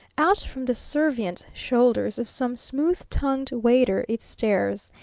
out from the servient shoulders of some smooth-tongued waiter it stares,